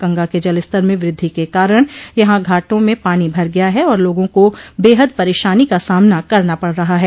गंगा के जलस्तर में वृद्धि के कारण यहां घाटों में पानी भर गया है और लोगों को बेहद परेशानी का सामना करना पड़ रहा है